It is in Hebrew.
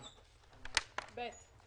בסדר, הלאה.